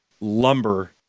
lumber